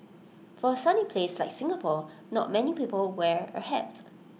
for A sunny place like Singapore not many people wear A hats